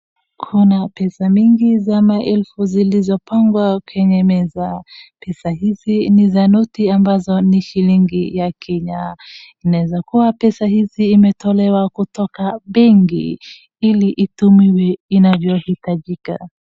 Kuna pesa mengi za maelfu zilizopangwa kwenye meza. Pesa hizi ni za noti ambazo ni shilingi ya Kenya. Inaezakuwa pesa hizi imetolewa kutoka benki ili itumiwe inavyohitajika.